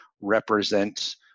represent